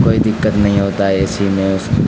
کوئی دقت نہیں ہوتا ہے اے سی میں اس